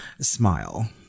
Smile